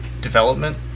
development